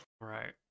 Right